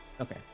Okay